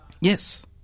Yes